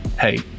Hey